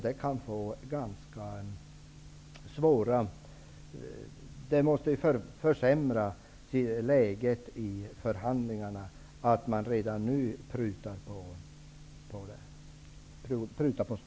Det måste försämra läget i förhandlingarna att man redan nu prutar på stödet.